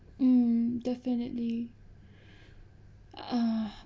mm definitely uh